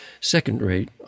second-rate